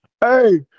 Hey